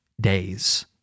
days